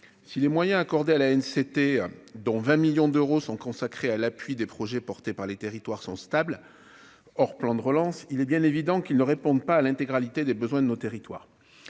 si les moyens accordés à la haine c'était dont 20 millions d'euros sont consacrés à l'appui des projets portés par les territoires sont stables hors plan de relance, il est bien évident qu'ils ne répondent pas à l'intégralité des besoins de nos territoires,